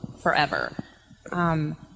forever